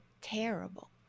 terrible